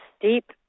deep